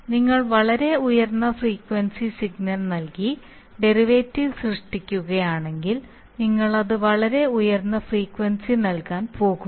നിങ്ങൾ വളരെ ഉയർന്ന ഫ്രീക്വൻസി സിഗ്നൽ നൽകി ഡെറിവേറ്റീവ് സൃഷ്ടിക്കുകയാണെങ്കിൽ നിങ്ങൾ അത് വളരെ ഉയർന്ന ഫ്രീക്വൻസി നൽകാൻ പോകുന്നു